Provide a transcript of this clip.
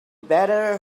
better